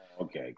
Okay